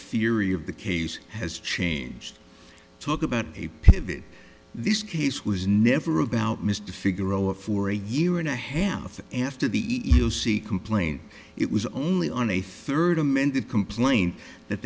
theory of the case has changed talk about a pivot this case was never about mr figaro or for a year and a half after the e e o c complaint it was only on a third amended complaint that